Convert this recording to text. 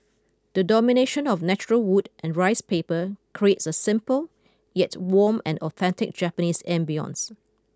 the domination of natural wood and rice paper creates a simple yet warm and authentic Japanese ambience